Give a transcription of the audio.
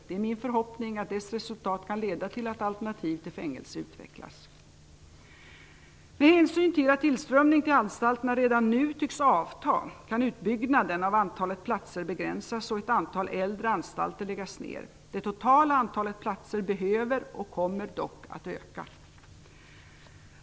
Det är min förhoppning att dess resultat kan leda till att alternativ till fängelse utvecklas. Med hänsyn till att tillströmningen till anstalterna redan nu tycks avta kan utbyggnaden av antalet platser begränsas och ett antal äldre anstalter läggas ner. Det totala antalet platser behöver och kommer dock att öka.